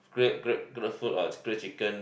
grilled grilled grilled food or grilled chicken